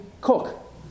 cook